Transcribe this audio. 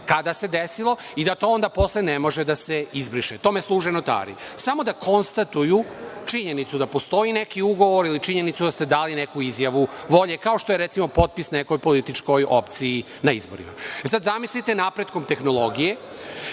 kada se desilo i da to onda posle ne može da se izbriše. Tome služe notari, samo da konstatuju činjenicu da postoji neki ugovor ili činjenicu da ste dali neku izjavu volje, kao što je, recimo, potpis nekoj političkoj opciji na izborima. Sada zamislite, napretkom tehnologije